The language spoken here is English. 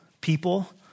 people